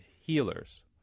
healers